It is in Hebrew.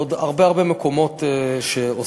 ועוד הרבה הרבה מקומות שעוסקים